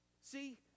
See